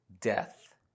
death